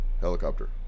Helicopter